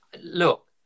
look